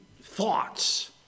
thoughts